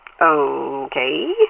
Okay